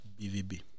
BVB